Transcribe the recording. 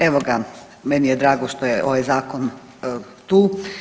Evo ga, meni je drago što je ovaj zakon tu.